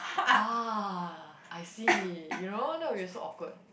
ah I see you know that will be so awkward